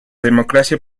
democracia